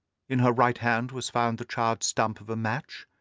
in her right hand was found the charred stump of a match,